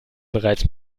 bereits